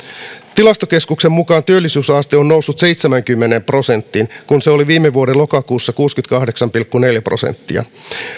tilastokeskuksen mukaan työllisyysaste on noussut seitsemäänkymmeneen prosenttiin kun se oli viime vuoden lokakuussa kuusikymmentäkahdeksan pilkku neljä prosenttia